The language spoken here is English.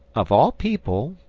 of all people,